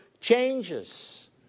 changes